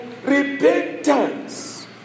repentance